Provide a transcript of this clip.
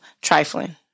trifling